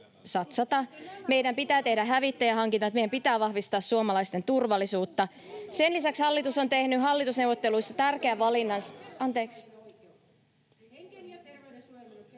Meidän pitää tehdä hävittäjähankinnat, meidän pitää vahvistaa suomalaisten turvallisuutta. Sen lisäksi hallitus on tehnyt hallitusneuvotteluissa tärkeän valinnan...